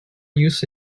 use